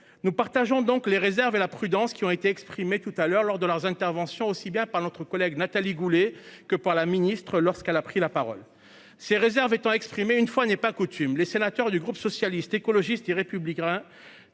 nous partageons donc les réserves et la prudence qui ont été exprimées tout à l'heure lors de leurs interventions, aussi bien par notre collègue Nathalie Goulet que par la ministre lorsqu'elle a pris la parole ces réserves étant exprimé une fois n'est pas coutume, les sénateurs du groupe socialiste, écologiste et républicain